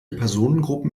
personengruppen